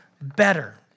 better